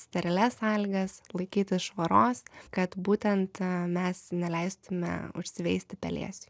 sterilias sąlygas laikytis švaros kad būtent mes neleistume užsiveisti pelėsiui